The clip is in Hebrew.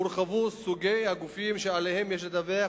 הורחבו סוגי הגופים שעליהם יש לדווח,